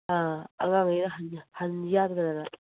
ꯑꯥ ꯑꯉꯥꯡꯈꯩꯒ ꯍꯟꯁꯤ ꯌꯥꯗꯗꯅ